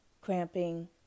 Cramping